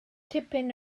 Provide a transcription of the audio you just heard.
tipyn